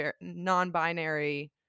non-binary